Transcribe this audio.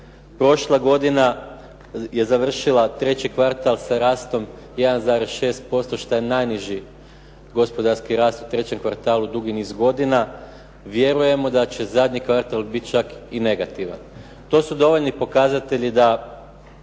Prošla godina je završila treći kvartal sa rastom 1,6% što je najniži gospodarski rast u trećem kvartalu dugi niz godina. Vjerujemo da će zadnji kvartal biti čak i negativan. To su dovoljni pokazatelji da